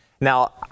Now